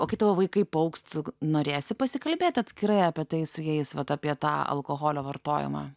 o kai tavo vaikai paaugs norėsi pasikalbėt atskirai apie tai su jais vat apie tą alkoholio vartojimą